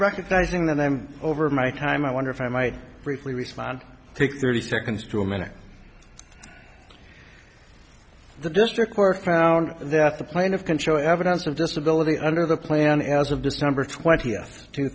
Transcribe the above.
recognizing that i'm over my time i wonder if i might briefly respond take thirty seconds to a minute the district court found that the playing of can show evidence of disability under the plan as of december twenty fifth two